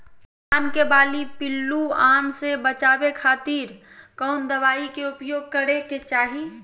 धान के बाली पिल्लूआन से बचावे खातिर कौन दवाई के उपयोग करे के चाही?